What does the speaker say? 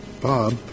Bob